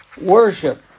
worship